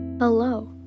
Hello